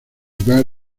lugar